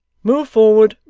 move forward